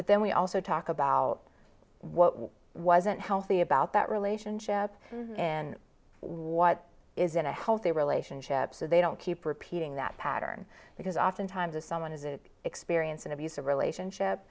but then we also talk about what wasn't healthy about that relationship in what is in a healthy relationship so they don't keep repeating that pattern because often times of someone is to experience an abusive relationship